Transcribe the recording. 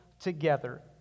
together